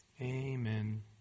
Amen